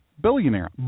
billionaire